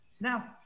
Now